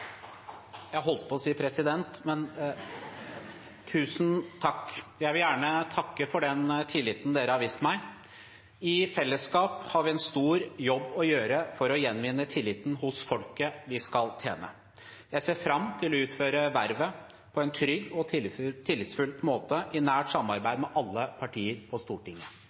Tusen takk! Jeg vil gjerne takke for den tilliten dere har vist meg. I fellesskap har vi en stor jobb å gjøre for å gjenvinne tilliten hos folket vi skal tjene. Jeg ser fram til å utføre vervet på en trygg og tillitsfull måte, i nært samarbeid med alle partier på Stortinget.